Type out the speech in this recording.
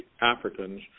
Africans